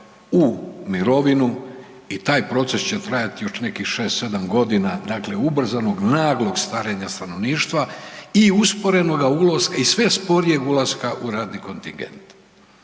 u mirovinu i taj proces će trajati još nekih 6-7.g., dakle ubrzanog naglog starenja stanovništva i usporenoga i sve sporijeg ulaska u radni kontingent,